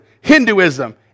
Hinduism